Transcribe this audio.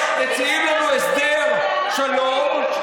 מציעים לנו הסדר שלום,